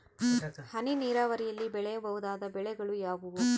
ಹನಿ ನೇರಾವರಿಯಲ್ಲಿ ಬೆಳೆಯಬಹುದಾದ ಬೆಳೆಗಳು ಯಾವುವು?